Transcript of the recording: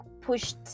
pushed